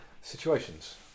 situations